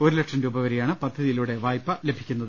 ഒരുലക്ഷം രൂപവരെയാണ് പദ്ധതിയിലൂടെ വായ്പ ലഭിക്കുന്നത്